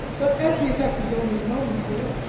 but as the effect was only momentary,